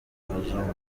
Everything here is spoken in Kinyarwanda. abazungu